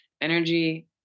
energy